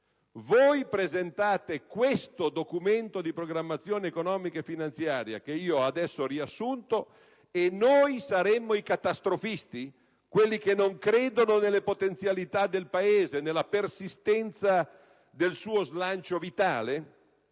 voi presentate questo Documento di programmazione economico-finanziaria che adesso ho riassunto e noi saremmo i catastrofisti, quelli che non credono nelle potenzialità del Paese, nella persistenza del suo slancio vitale?